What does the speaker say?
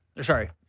Sorry